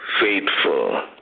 Faithful